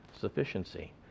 sufficiency